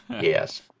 Yes